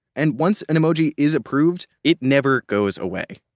and once an emoji is approved, it never goes away.